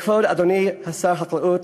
כבוד אדוני שר החקלאות,